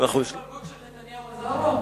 חוק ההתפלגות של נתניהו עזר פה?